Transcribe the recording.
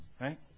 right